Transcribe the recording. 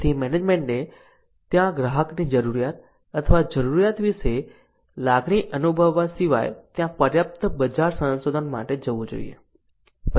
તેથી મેનેજમેન્ટે ત્યાં ગ્રાહકોની જરૂરિયાત અથવા જરૂરિયાત વિશે લાગણી અનુભવવા સિવાય ત્યાં પર્યાપ્ત બજાર સંશોધન માટે જવું જોઈએ